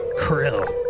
Krill